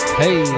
hey